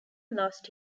lost